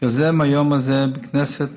יוזם היום הזה בכנסת